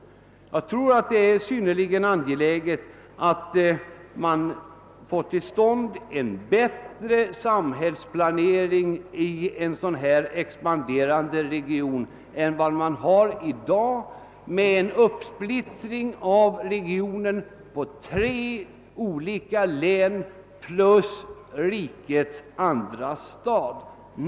Jag tror det är synnerligen angeläget att få till stånd en bättre samhällsplanering i denna expanderande region än man har i dag, då regionen är uppsplittrad på tre län plus rikets andra stad.